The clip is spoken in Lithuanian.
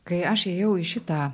kai aš ėjau į šitą